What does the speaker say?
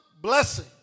Blessing